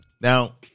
now